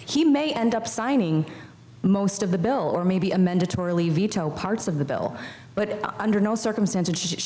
he may end up signing most of the bill or maybe a mandatorily veto parts of the bill but under no circumstances should